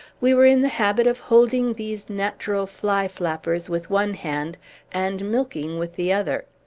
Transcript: we were in the habit of holding these natural fly-flappers with one hand and milking with the other.